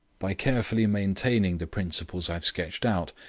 by carefully maintaining the principles i have sketched out,